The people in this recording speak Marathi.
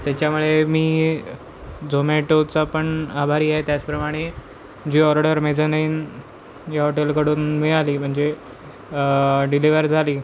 त्याच्यामुळे मी झोमॅटोचा पण आभारी आहे त्याचप्रमाणे जी ऑर्डर मेझॉनाईन या हॉटेलकडून मिळाली म्हणजे डिलिव्हर झाली